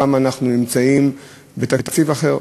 הפעם אנחנו נמצאים בתקציב אחר.